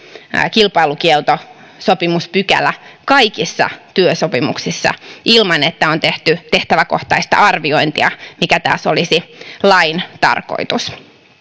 kilpailukieltosopimuspykälä kaikissa työsopimuksissa ilman että on tehty tehtäväkohtaista arviointia mikä taas olisi lain tarkoitus